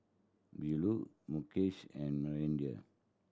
Bellur Mukesh and Manindra